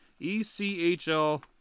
ECHL